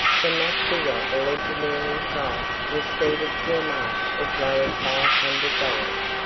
from that figure the legendary price receded to a mark as low as five hundred dollars.